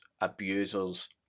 abusers